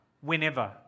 whenever